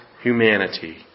humanity